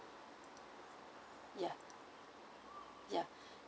yeah yeah